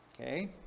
Okay